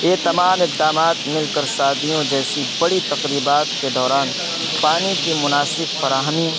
یہ تمام اقدامات مل کر شادیوں جیسی بڑی تقریبات کے دوران پانی کی مناسب فراہمی